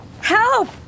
Help